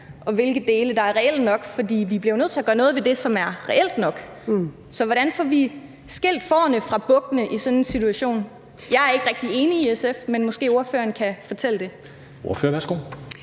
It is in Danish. og hvilke dele der er reelle nok, for vi bliver jo nødt til at gøre noget ved det, som er reelt nok? Så hvordan får vi skilt fårene fra bukkene i sådan en situation? Jeg og SF er ikke rigtig enige i det, men måske kan ordføreren fortælle det. Kl.